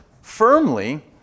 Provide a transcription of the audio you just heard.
firmly